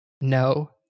No